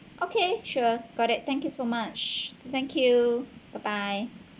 okay sure got it thank you so much thank you bye bye